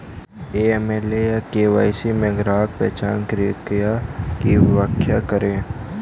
AML या KYC में ग्राहक पहचान प्रक्रिया की व्याख्या करें?